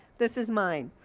this is mine.